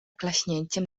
klaśnięciem